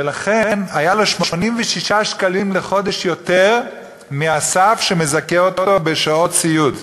ולכן היו לו 86 שקלים בחודש יותר מהסף שמזכה אותו בשעות סיעוד.